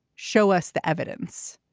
show us the evidence.